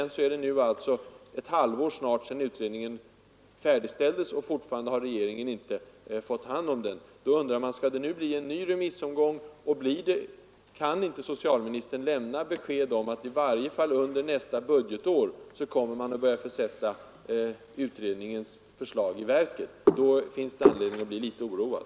Nu är det snart ett halvår sedan utredningen färdigställdes, och fortfarande har regeringen inte fått hand om den. Skall det nu bli en ny remissomgång? Kan inte socialministern lämna besked om att man i varje fall under nästa budgetår kommer att börja sätta utredningens förslag i verket? Annars finns det sannerligen anledning att vara oroad.